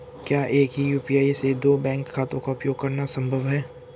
क्या एक ही यू.पी.आई से दो बैंक खातों का उपयोग करना संभव है?